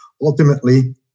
ultimately